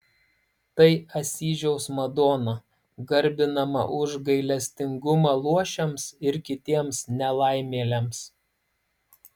tai asyžiaus madona garbinama už gailestingumą luošiams ir kitiems nelaimėliams